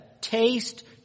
taste